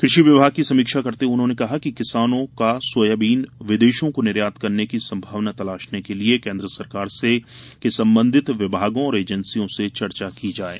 कृषि विभाग की समीक्षा करते हुए उन्होंने कहा कि किसानों का सोयाबीन विदेशों को निर्यात करने की संभावना तलाशने के लिये केन्द्र सरकार के संबंधित विभागों और एजेंसियों से चर्चा करें